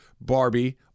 Barbie